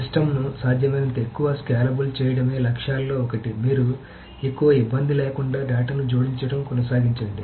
సిస్టమ్ను సాధ్యమైనంత ఎక్కువ స్కేలబుల్ చేయడమే లక్ష్యాలలో ఒకటి మీరు ఎక్కువ ఇబ్బంది లేకుండా డేటాను జోడించడం కొనసాగించండి